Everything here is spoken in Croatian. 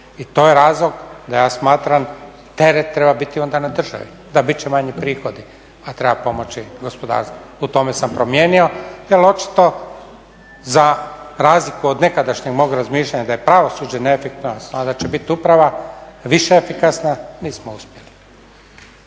i to je razlog da ja smatram teret treba biti onda na državi. Da, bit će manji prihodi a treba pomoći gospodarstvu. U tome sam promijenio jer očito za razliku od nekadašnjeg mog razmišljanja da je pravosuđe neefikasno, da će bit uprava više efikasna, nismo uspjeli.